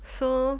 so